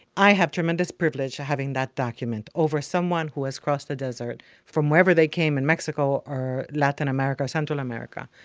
i have tremendous privilege of having that document over someone who has crossed the desert from wherever they came in mexico or latin america or central america.